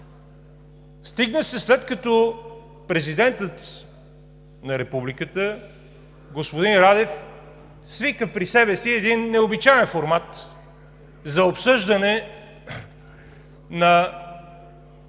стигна се, след като Президентът на Републиката господин Радев свика при себе си един необичаен формат за обсъждане на